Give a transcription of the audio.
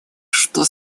что